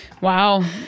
Wow